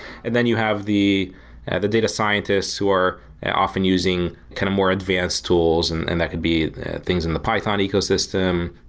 and then you have the the data scientists who are and often using kind of more advanced tools, and and that could be things in the python ecosystem,